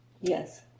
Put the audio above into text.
Yes